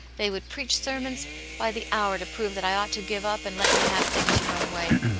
they would preach sermons by the hour to prove that i ought to give up and let you have things your own way.